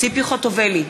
ציפי חוטובלי,